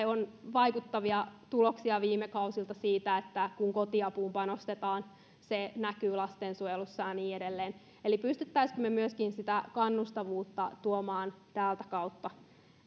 on vaikuttavia tuloksia viime kausilta siitä että kun kotiapuun panostetaan se näkyy lastensuojelussa ja niin edelleen niin pystyisimmekö myöskin sitä kannustavuutta tuomaan täältä kautta